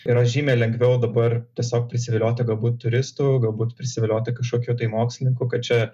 yra žymiai lengviau dabar tiesiog prisivilioti galbūt turistų galbūt prisivilioti kažkokių tai mokslininkų kad čia